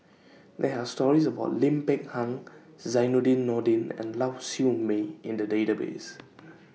There Are stories about Lim Peng Han Zainudin Nordin and Lau Siew Mei in The Database